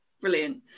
brilliant